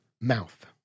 mouth